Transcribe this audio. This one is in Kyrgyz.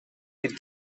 кир